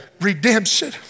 Redemption